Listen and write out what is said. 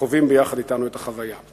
וחווים יחד אתנו את החוויה.